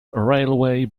railway